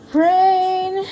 rain